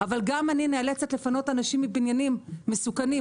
אבל גם אני נאלצת לפנות אנשים מבניינים מסוכנים.